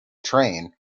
train